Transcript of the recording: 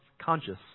conscious